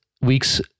week's